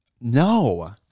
No